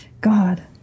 God